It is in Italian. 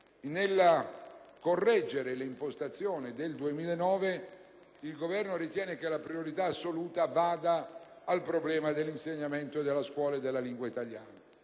Nel correggere l'impostazione del 2009 il Governo ritiene che la priorità assoluta vada data al problema dell'insegnamento della lingua italiana,